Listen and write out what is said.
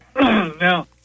Now